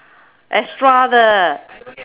extra 的